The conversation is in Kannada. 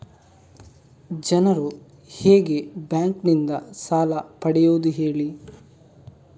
ಜನರು ಹೇಗೆ ಬ್ಯಾಂಕ್ ನಿಂದ ಸಾಲ ಪಡೆಯೋದು ಹೇಳಿ